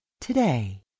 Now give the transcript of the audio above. today